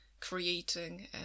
creating